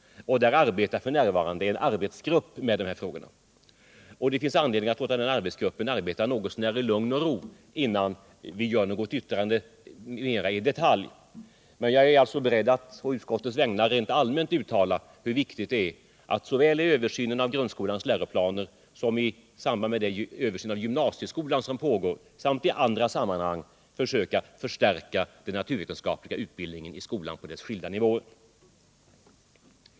Där sysslar f.n. en arbetsgrupp med dessa frågor. Det finns anledning att låta den arbeta i lugn och ro, innan vi gör några mer detaljerade uttalanden. Men jag är beredd att å utskottets vägnar rent allmänt framhålla hur viktigt det är att såväl i översynen av grundskolans läroplaner som i översynen av gymnasieskolans liksom i andra sammanhang försöka förstärka den naturvetenskapliga utbildningen i skolan på dess skilda nivåer.